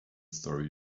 story